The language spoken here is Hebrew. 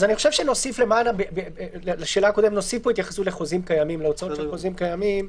לשאלה הקודמת - אני חושב שנוסיף פה התייחסות להוצאות של חוזים קיימים.